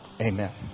Amen